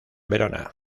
verona